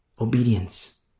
Obedience